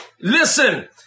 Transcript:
Listen